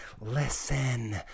listen